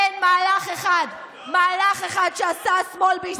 אין מהלך אחד שעשה השמאל בישראל,